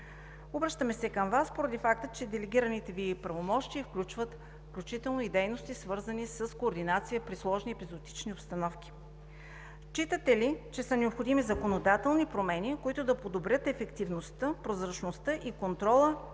Обръщаме се към Вас поради факта, че делегираните Ви правомощия включват дейности, свързани с координация при сложни епизоотични обстановки. Считате ли, че са необходими законодателни промени, които да подобрят ефективността, прозрачността и контрола